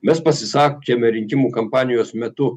mes pasisakėme rinkimų kampanijos metu